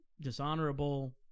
dishonorable